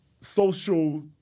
social